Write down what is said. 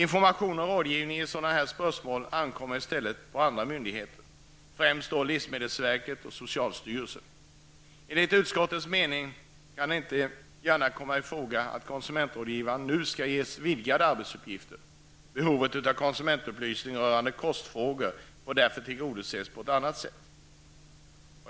Information och rådgivning i spörsmål av den här typen ankommer i stället på andra myndigheter, främst då livsmedelsverket och socialstyrelsen. Enligt utskottets mening kan det inte gärna komma i fråga att konsumentrådgivningen nu skall ges vidgade arbetsuppgifter. Behovet av konsumentupplysning rörande kostfrågor får därför tillgodoses på annat sätt.